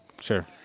Sure